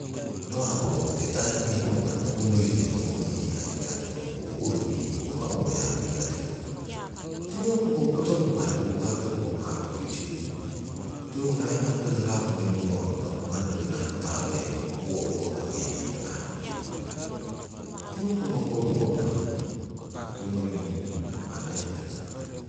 Nawa' poo'kite tanoki pimo manni monoihetong ho hikai tiki rotikoroku oo uwa uruwii yii oo po'yapo yii ratikoroku, tiko hoko koto nommaiki kukahki ho pokong haku tii sirung. Tiwongori aii haku noi monowamoh nahku taroheiton poo'ko ho hiya irangah ngung urure. Tiko hoko mongko pokong haku, tiwogori nohungung manni aii inagah.